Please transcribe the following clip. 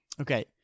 Okay